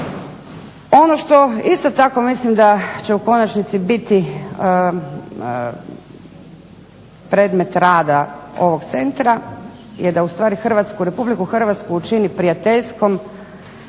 Ono što isto tako mislim da će u konačnici biti predmet rada ovog centra je da ustvari RH učini prijateljskom